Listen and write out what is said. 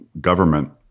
government